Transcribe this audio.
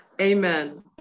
Amen